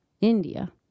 India